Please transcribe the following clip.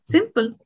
Simple